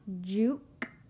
Juke